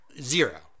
zero